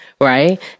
Right